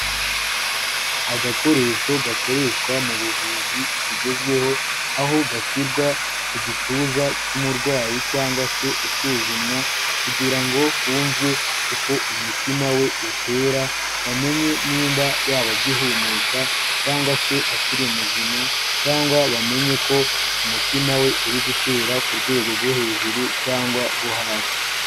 Agakoresho gakoreshwa mu buvuzi bugezweho, aho gashyirwa ku gituza cy'umurwayi cyangwa se usuzumwa kugira ngo humvwe uko umutima we utera, bamenye niba yaba agihumeka cyangwa se akiri muzima cyangwa bamenye ko umutima we uri gutera ku rwego rwo hejuru cyangwa rwo hasi.